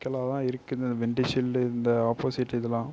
சிக்கலாகதான் இருக்குது இந்த விண்டிஷில்டு இந்த ஆப்போசிட் இதெலாம்